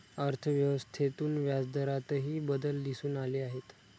अर्थव्यवस्थेतून व्याजदरातही बदल दिसून आले आहेत